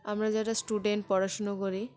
আমরা যারা স্টুডেন্ট পড়াশুনো করি